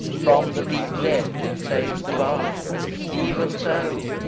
from the deep death it saves the bark even so,